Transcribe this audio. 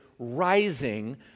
rising